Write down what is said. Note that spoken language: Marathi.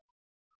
y x